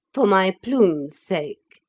for my plume's sake,